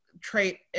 trait